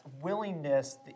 willingness